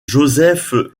josef